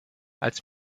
als